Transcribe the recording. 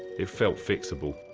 it felt fixable,